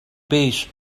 base